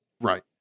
right